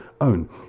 own